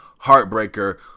heartbreaker